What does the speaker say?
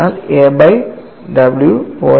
എന്നാൽ a by w 0